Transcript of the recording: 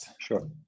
Sure